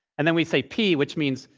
and then we say p, which means,